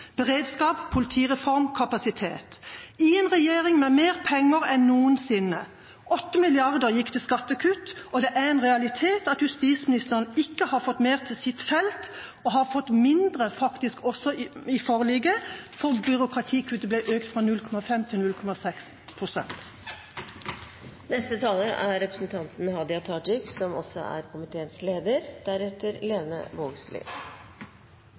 beredskap, politireform, kapasitet – i en regjering med mer penger enn noensinne. 8 mrd. kr har gått til skattekutt. Det er en realitet at justisministeren ikke har fått mer til sitt felt – og faktisk har fått mindre med forliket, fordi byråkratikuttet ble økt fra 0,5 pst. til 0,6 pst. Sidan det kan sjå ut som